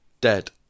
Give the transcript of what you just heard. Dead